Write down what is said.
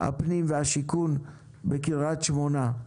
משרד הפנים ומשרד השיכון בקרית שמונה.